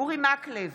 אורי מקלב,